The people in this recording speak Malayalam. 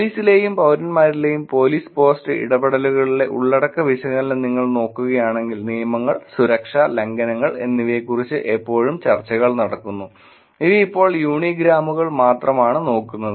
പോലീസിലെയും പൌരന്മാരിലെയും പോലീസ് പോസ്റ്റ് ഇടപെടലുകളിലെ ഉള്ളടക്ക വിശകലനം നിങ്ങൾ നോക്കുകയാണെങ്കിൽ നിയമങ്ങൾ സുരക്ഷ ലംഘനങ്ങൾ എന്നിവയെക്കുറിച്ച് എപ്പോഴും ചർച്ചകൾ നടക്കുന്നു ഇവ ഇപ്പോൾ യൂണിഗ്രാമുകൾ മാത്രമാണ് നോക്കുന്നത്